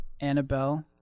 Annabelle